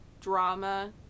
drama